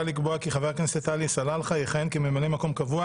לקבוע כי חבר הכנסת עלי סלאלחה יכהן כממלא מקום קבוע